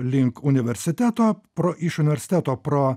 link universiteto pro iš universiteto pro